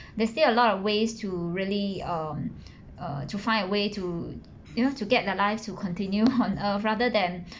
there's still a lot of ways to really um err to find a way to you know to get their lives to continue on earth rather than